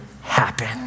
happen